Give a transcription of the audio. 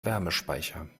wärmespeicher